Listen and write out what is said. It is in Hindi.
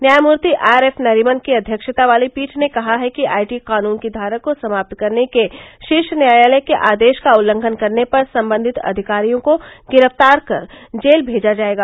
न्यायमर्ति आर एफ नरिमन की अध्यक्षता वाली पीठ ने कहा है कि आई टी कानन की धारा को समाप्त करने के शीर्ष न्यायालय के आदेश का उल्लंघन करने पर संबंधित अधिकारियों को गिरफ्तार कर जेल मेजा जायेगा